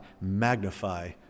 magnify